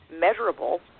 measurable